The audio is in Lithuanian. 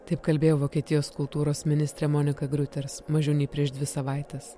taip kalbėjo vokietijos kultūros ministrė monika gruters mažiau nei prieš dvi savaites